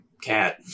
cat